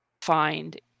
find